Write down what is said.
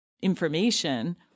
information